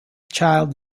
child